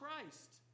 Christ